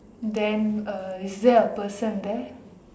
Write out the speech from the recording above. then uh is there a person there